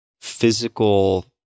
physical